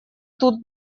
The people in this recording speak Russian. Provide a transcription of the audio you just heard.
тут